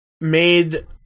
made